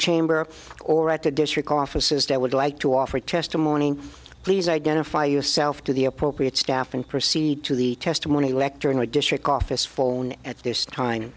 chamber or at the district offices that would like to offer testimony please identify yourself to the appropriate staff and proceed to the testimony elector in the district office phone at this